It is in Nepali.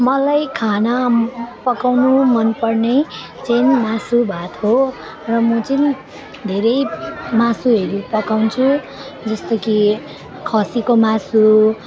मलाई खाना पकाउनु मन पर्ने चाहिँ मासु भात हो र म चाहिँ धेरै मासुहरू पकाउँछु जस्तो कि खसीको मासु